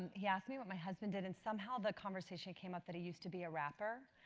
he asked me what my husband did and somehow the conversation came out that he used to be a rapper.